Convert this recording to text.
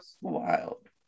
wild